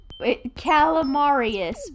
Calamarius